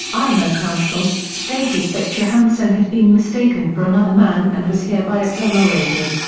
imo counsel, stated that johansen had been mistaken for another man and was hereby exonerated.